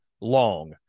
long